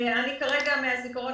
אני יכולה להגיד מהזיכרון,